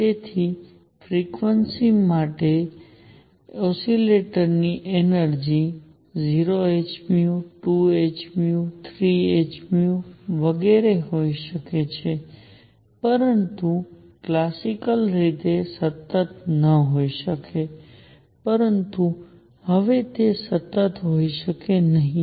તેથી ફ્રિક્વન્સી સાથે ઓસિલેટરની એનર્જિ 0h 2h 3h વગેરે હોઈ શકે છે પરંતુ ક્લાસિકલ રીતે સતત ન હોઈ શકે પરંતુ હવે તે સતત હોઈ શકે નહીં